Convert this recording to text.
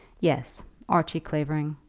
yes archie clavering.